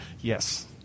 Yes